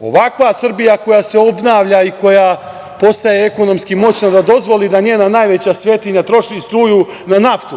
ovakva Srbija koja se obnavlja i koja postaje ekonomski moćna da dozvoli da njena najveća svetinja troši struju na naftu?